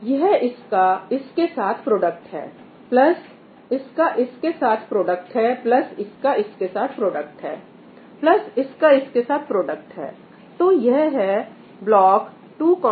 तो यह इसका इसके साथ प्रोडक्ट है प्लस इसका इसके साथ प्रोडक्ट है प्लस इसका इसके साथ प्रोडक्ट है प्लस इसका इसके साथ प्रोडक्ट है तो यह है ब्लॉक 22